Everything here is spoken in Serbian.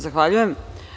Zahvaljujem.